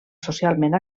socialment